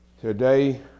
Today